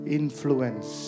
influence